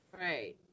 right